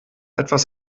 etwas